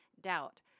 doubt